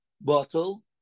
bottle